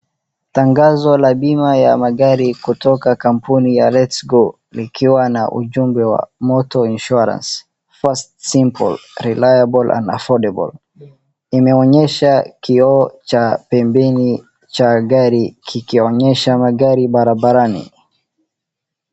Tangazo la bima ya magari kutoka kampuni ya Let's Go likiwa na ujumbe wa motor insurance, fast, simple, reliable and affordable. Imeonyesha kioo cha pembeni cha gari kikionyesha magari barabarani.